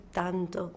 tanto